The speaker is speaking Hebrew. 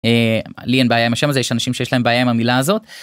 לי אין בעיה עם השם הזה יש אנשים שיש להם בעיה עם המילה הזאת.